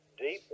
deep